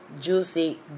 juicy